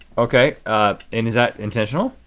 okay and is that intentional?